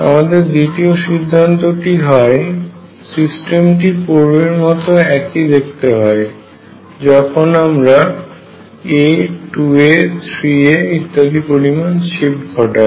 আমাদের দ্বিতীয় সিদ্ধান্তটি হয় সিস্টেমটি পূর্বের মত একই দেখতে হয় যখন আমরা a 2a 3a ইত্যাদি পরিমান শিফট করি